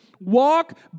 walk